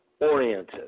oriented